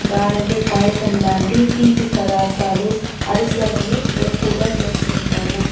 గారెలు పాయసం లాంటి తీపి పదార్థాలు అరిసెలని ఎక్కువగా చేసుకుంటాము